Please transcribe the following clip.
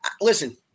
listen